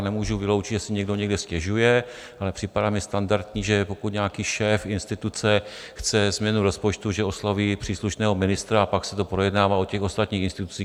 Nemůžu vyloučit, že si někdo někde stěžuje, ale připadá mi standardní, že pokud nějaký šéf instituce chce změnu rozpočtu, osloví příslušného ministra a pak se to projednává u těch ostatních institucí.